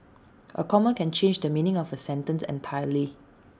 A comma can change the meaning of A sentence entirely